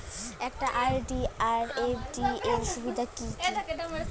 একটা আর.ডি আর এফ.ডি এর সুবিধা কি কি?